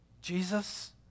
Jesus